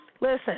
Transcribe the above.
Listen